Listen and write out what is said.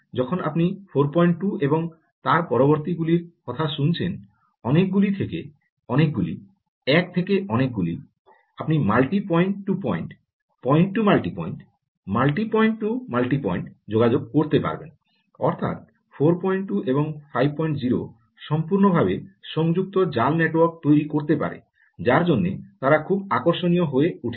যখন আপনি 42 এবং তার পরবর্তী গুলোর কথা বলছেন অনেকগুলি থেকে অনেকগুলি এক থেকে অনেকগুলি আপনি multi point to point point to multi point multi point to multi point যোগাযোগ করতে পারবেন অর্থাৎ 42 এবং 50 সম্পূর্ণরূপে সংযুক্ত জাল নেটওয়ার্ক তৈরি করতে পারে যার জন্য তারা খুব আকর্ষণীয় হয়ে উঠেছে